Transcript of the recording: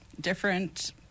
different